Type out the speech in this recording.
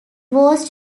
was